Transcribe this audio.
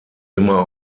immer